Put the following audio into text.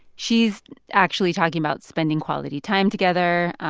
she's actually talking about spending quality time together,